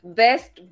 best